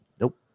Nope